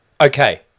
Okay